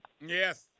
yes